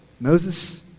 Moses